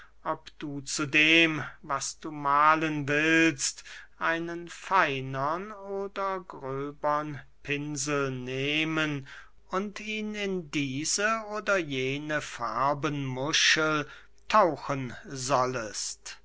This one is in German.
ob du zu dem was du mahlen willst einen feinern oder gröbern pinsel nehmen und ihn in diese oder jene farbenmuschel tauchen sollest